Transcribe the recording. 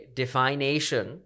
definition